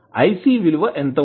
iC విలువ ఎంత ఉంటుంది